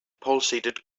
pulsated